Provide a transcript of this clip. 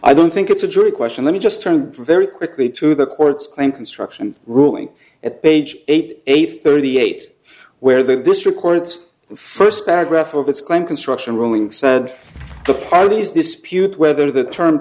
i don't think it's a jury question let me just turn very quickly to the court's claim construction ruling at page eight eight thirty eight where this records for first paragraph of its claim construction ruling said the parties dispute whether the term